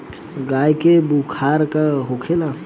गाय के खुराक का होखे?